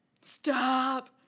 stop